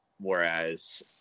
Whereas